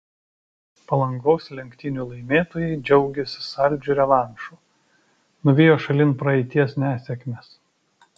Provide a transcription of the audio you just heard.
palangos lenktynių laimėtojai džiaugiasi saldžiu revanšu nuvijo šalin praeities nesėkmes